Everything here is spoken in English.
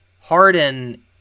Harden